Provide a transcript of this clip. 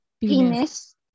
penis